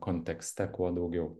kontekste kuo daugiau